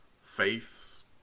faiths